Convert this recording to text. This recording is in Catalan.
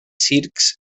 circs